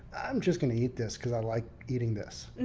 i'm just going to eat this because i like eating this.